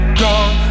gone